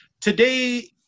Today